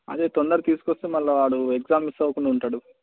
అదే తొందరగా తీసుకు వస్తే మరల వాడు ఎగ్జామ్ మిస్ అవకుండా ఉంటాడు